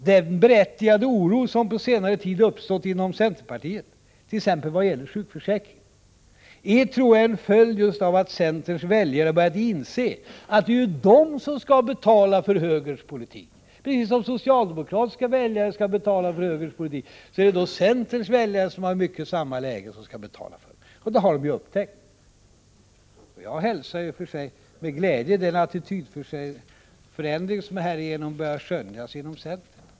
Den berättigade oro som på senare tid uppstått inom centerpartiet — t.ex. vad gäller sjukförsäkringen — är, tror jag, en följd just av att centerns väljare har börjat inse att det är de som skall betala högerns politik. Precis som socialdemokratiska väljare skall betala för högerns politik är det centerns väljare, som i mycket är i samma läge, som skall betala för den. Och det har de ju upptäckt. Jag hälsar med glädje den attitydförändring som härigenom börjar skönjas inom centern.